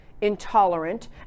intolerant